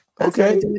Okay